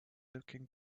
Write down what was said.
looking